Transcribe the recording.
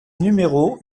numéro